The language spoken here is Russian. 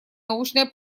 научное